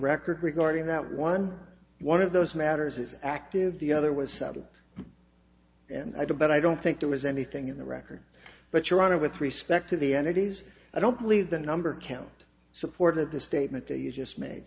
record regarding that one one of those matters is active the other was settled and i do but i don't think there was anything in the record but your honor with respect to the energies i don't believe the number count supported the statement that you just made